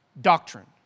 doctrine